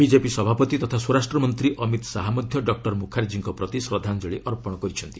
BJP ସଭାପତି ତଥା ସ୍ୱରାଷ୍ଟ୍ର ମନ୍ତ୍ରୀ ଅମିତ ଶାହା ମଧ୍ୟ ଡକ୍କର ମ୍ରଖାର୍ଜୀଙ୍କ ପ୍ରତି ଶ୍ରଦ୍ଧାଞ୍ଜଳୀ ଅର୍ପଣ କରିଛନ୍ତି